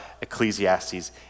Ecclesiastes